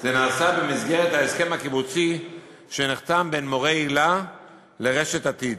וזה נעשה במסגרת ההסכם הקיבוצי שנחתם בין מורי היל"ה לרשת "עתיד".